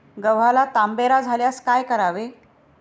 गव्हाला तांबेरा झाल्यास काय करावे?